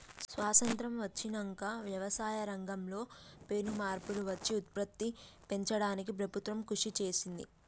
స్వాసత్రం వచ్చినంక వ్యవసాయ రంగం లో పెను మార్పులు వచ్చి ఉత్పత్తి పెంచడానికి ప్రభుత్వం కృషి చేసింది